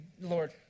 Lord